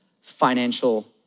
financial